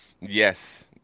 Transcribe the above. Yes